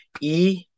E-